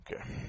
Okay